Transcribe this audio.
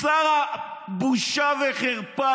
שר הבושה והחרפה.